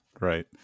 right